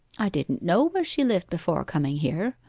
i didn't know where she lived before coming here.